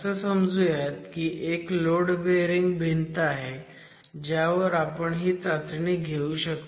असं समजुयात की एक लोड बिअरिंग भिंत आहे ज्यावर आपण ही चाचणी घेऊ शकतो